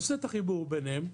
עושה את החיבור ביניהם,